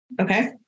Okay